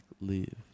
live